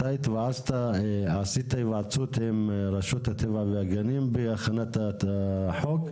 אתה עשית היוועצות עם רשות הטבע והגנים בהכנת החוק?